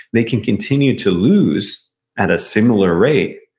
they can continue to lose at a similar rate,